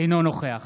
אינו נוכח